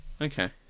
okay